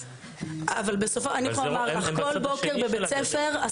אבל הם בצד השני של הגדר.